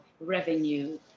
revenue